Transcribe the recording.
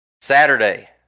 Saturday